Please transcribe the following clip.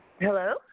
Hello